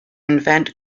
invent